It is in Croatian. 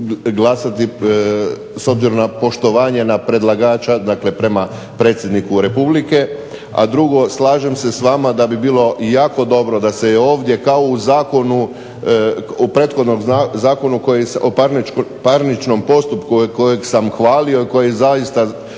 glasati, s obzirom na poštovanje na predlagača, dakle prema predsjedniku Republike, a drugo slažem se s vama da bi bilo jako dobro da se i ovdje kao i u zakonu, u prethodnom Zakonu o parničnom postupku kojeg sam hvalio, koji zaista